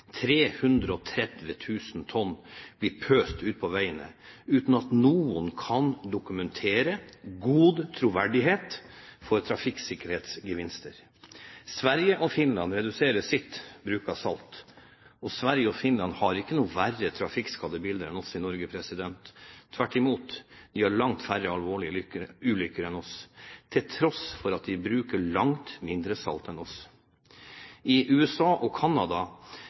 000 tonn blir pøst ut på veiene, uten at noen kan dokumentere god troverdighet med hensyn til trafikksikkerhetsgevinster. Sverige og Finland reduserer sin bruk av salt. Sverige og Finland har ikke noe verre trafikkskadebilde enn Norge – tvert imot. De har langt færre alvorlige ulykker enn oss, til tross for at de bruker langt mindre salt enn oss. I USA og Canada